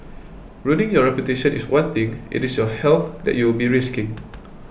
ruining your reputation is one thing it is your health that you will be risking